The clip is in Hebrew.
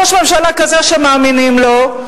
ראש ממשלה כזה שמאמינים לו,